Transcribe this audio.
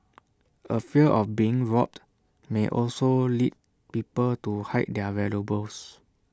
A fear of being robbed may also lead people to hide their valuables